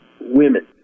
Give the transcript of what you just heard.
women